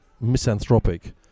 misanthropic